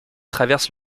traverse